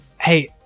hey